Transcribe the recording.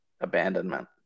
abandonment